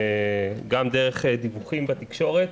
גם דרך דיווחים בתקשורת,